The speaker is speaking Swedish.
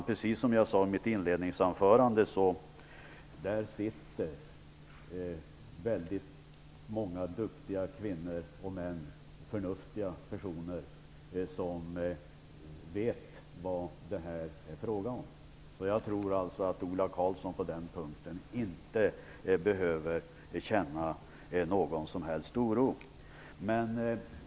Precis som jag sade i mitt inledningsanförande sitter där väldigt många duktiga kvinnor och män, förnuftiga personer som vet vad det är fråga om. Jag tror alltså att Ola Karlsson på den punkten inte behöver känna någon som helst oro. Herr talman!